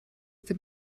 dem